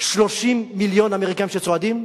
30 מיליון אמריקנים שצועדים?